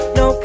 no